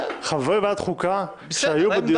חברי ועדת החוקה שהיו בדיון.